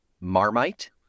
marmite